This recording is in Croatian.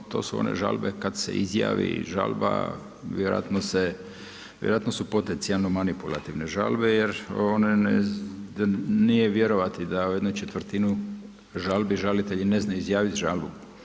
To su one žalbe kad se izjavi žalba, vjerojatno su potencijalno manipulativne žalbe jer nije vjerovati da jednu četvrtinu žalbi žalitelji ne znaju izjaviti žalbu.